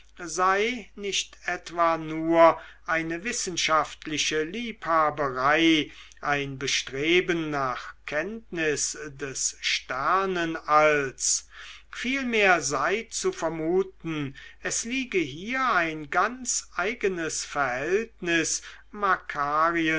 sei nicht etwa nur eine wissenschaftliche liebhaberei ein bestreben nach kenntnis des sternenalls vielmehr sei zu vermuten es liege hier ein ganz eigenes verhältnis